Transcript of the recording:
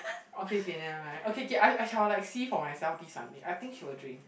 okay K never mind okay K I I shall like see for myself this Sunday I think she will drink